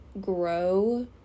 grow